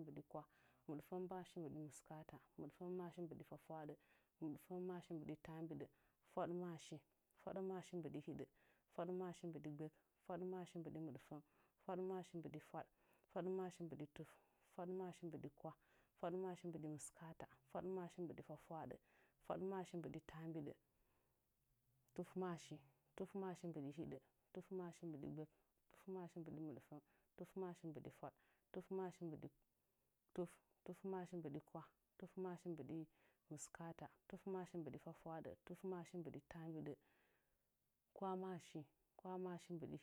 mbɨɗi kwah mɨɗfəngmashi mbɨɗi mɨskaata mɨɗfəngmashi mbɨɗi taambidə fwaɗmaashi fwaɗmaashi mbɨɗi hiɗə fwaɗmaashi mbɨɗi gbək fwaɗmaashi mbɨɗi mɨɗfəng fwaɗmaashi mbɨɗi fwaɗ fwaɗmaashi mbɨɗi tuf fwaɗmaashi mbɨɗi kwah fwaɗmaashi mbɨɗi mɨska'ata fwaɗmaashi mbɨɗi fwafwah ɗɨ fwaɗmaashi mbɨɗi taambɨ ɗə tuf maashi tuf maashi mbɨɗi hɨɗau tuf maashi mbɨɗi gbək tuf maashi mbɨɗi mɨɗfəng tuf maashi mbɨɗi fwaɗ tuf maashi mbɨɗi tuf tuf maashi mbɨɗi kwah tuf maashi mbɨɗi mɨskaata tuf maashi mbɨɗi fwahfwahɗɨ tuf maashi mbɨɗi taambiɗə kwah maashi kwah maashi mbɨɗi hiɗə